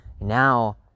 now